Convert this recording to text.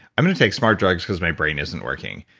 i'm going to take smart drugs because my brain isn't working.